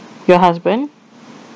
your husband